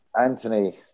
Anthony